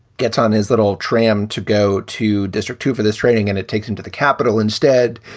gets on his little tram to go to district two for this training, and it takes him to the capital instead,